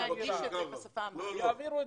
להנגיש את זה לשפה האמהרית.